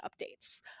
updates